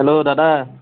hello দাদা